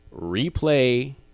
replay